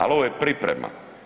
Ali ovo je priprema.